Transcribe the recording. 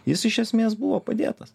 jis iš esmės buvo padėtas